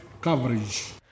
coverage